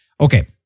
okay